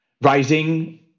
rising